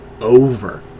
over